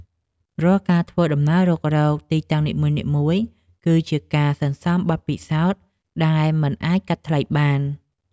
រាល់ការធ្វើដំណើររុករកទីតាំងនីមួយៗ គឺជាការសន្សំបទពិសោធន៍ដែលមិនអាចកាត់ថ្លៃបាន។